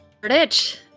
Rich